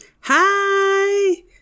Hi